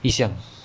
一项